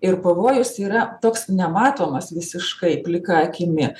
ir pavojus yra toks nematomas visiškai plika akimi